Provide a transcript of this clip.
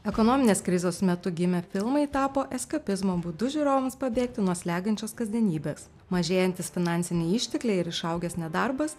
ekonominės krizės metu gimę filmai tapo eskapizmo būdu žiūrovams pabėgti nuo slegiančios kasdienybės mažėjantys finansiniai ištekliai ir išaugęs nedarbas